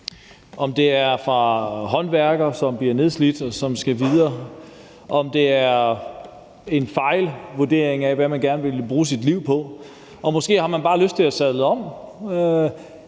så gælder en håndværker, som bliver nedslidt, og som skal videre, eller om det er en fejlvurdering af, hvad man gerne vil bruge sit liv på. Måske har man bare lyst til at sadle om.